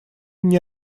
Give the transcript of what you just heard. мне